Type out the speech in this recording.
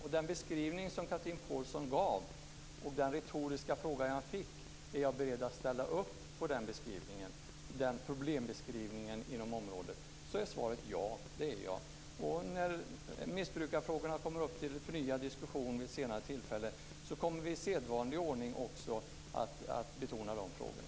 På den beskrivning som Chatrine Pålsson gav och den retoriska fråga jag fick, dvs. om jag är beredd att ställa upp på den problembeskrivningen inom området, är svaret ja, det är jag. När missbrukarfrågorna kommer upp till förnyad diskussion vid senare tillfälle kommer vi i sedvanlig ordning också att betona de frågorna.